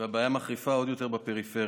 והבעיה מחריפה עוד יותר בפריפריה.